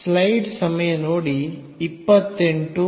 is